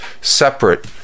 separate